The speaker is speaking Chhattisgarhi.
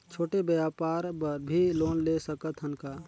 छोटे व्यापार बर भी लोन ले सकत हन का?